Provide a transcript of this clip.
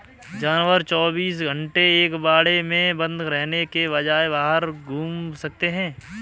जानवर चौबीस घंटे एक बाड़े में बंद रहने के बजाय बाहर घूम सकते है